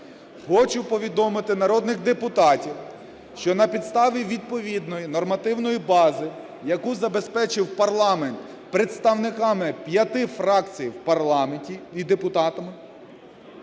Хочу повідомити народних депутатів, що на підставі відповідної нормативної бази, яку забезпечив парламент представниками п'яти фракцій в парламенті і депутатами,